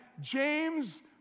James